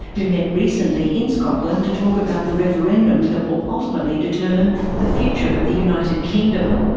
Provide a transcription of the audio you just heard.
who met recently in scotland to talk about the referendum that will ultimately determine the future of the united kingdom.